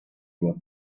what